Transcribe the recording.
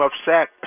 upset